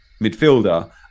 midfielder